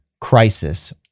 Crisis